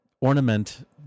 ornament